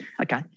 Okay